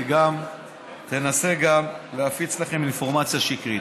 היא תנסה גם להפיץ לכם אינפורמציה שקרית.